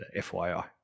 FYI